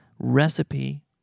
recipe